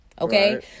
okay